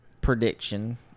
prediction